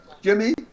Jimmy